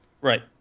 Right